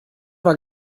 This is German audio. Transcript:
war